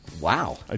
wow